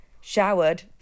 showered